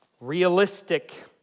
realistic